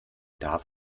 darf